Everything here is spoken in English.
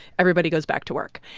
everybody goes back to work.